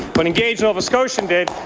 but engage nova scotia did,